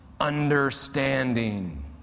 understanding